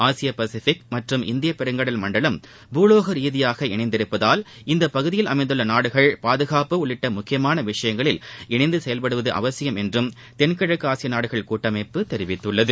ஆசிய பசிபிக் மற்றும் இந்திய பெருங்கடல் மண்டலம் பூலோக ரீதியாக இணைந்துள்ளதால் இப்பகுதியில் அமைந்துள்ள நாடுகள் பாதுகாப்பு உள்ளிட்ட முக்கியமான விஷயங்களில் இணைந்து செயல்படுவது அவசியம் என்றும் தென்கிழக்காசிய நாடுகள் கூட்டமைப்பு தெரிவித்துள்ளது